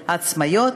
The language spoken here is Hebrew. ביחס לעצמאיות.